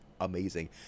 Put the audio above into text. amazing